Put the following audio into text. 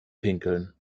pinkeln